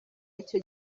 icyo